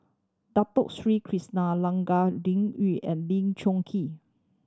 Dato Sri Krishna Liuyun and Lee Choon Kee